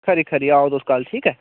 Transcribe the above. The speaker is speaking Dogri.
खरी खरी आओ तुस कल ठीक ऐ